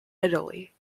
italy